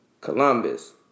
Columbus